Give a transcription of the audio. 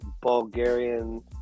Bulgarian